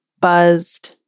Buzzed